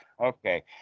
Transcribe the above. Okay